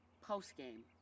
post-game